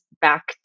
back